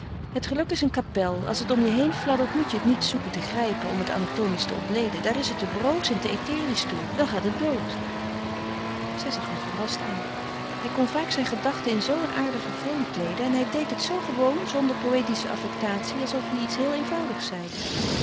het geluk is een kapel als het om je heen fladdert moet je het niet zoeken te grijpen om het anatomisch te ontleden daar is het te broos en te etherisch toe dan gaat het dood zij zag hem verrast aan hij kon vaak zijn gedachte in zoo een aardigen vorm kleeden en hij deed het zoo gewoon zonder poëtische affectatie alsof hij iets heel eenvoudigs zeide